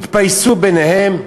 והתפייסו ביניהם.